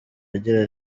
agira